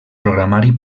programari